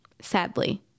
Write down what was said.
Sadly